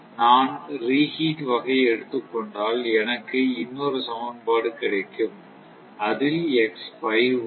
நான் ரீஹீட் வகையை எடுத்துக் கொண்டால் எனக்கு இன்னொரு சமன்பாடு கிடைக்கும் அதில் வரும்